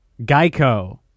Geico